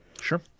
sure